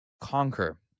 conquer